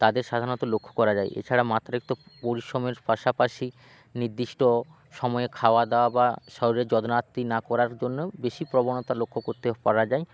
তাদের সাধারণত লক্ষ্য করা যায় এছাড়া মাত্রাতিরিক্ত পরিশ্রমের পাশাপাশি নির্দিষ্ট সময়ে খাওয়া দাওয়া বা শরিরের যত্ন আত্তি না করার জন্যেও বেশি প্রবণতা লক্ষ্য করতে পারা যায়